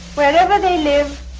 wherever they live,